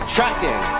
Tracking